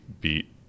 beat